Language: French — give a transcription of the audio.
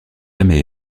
jamais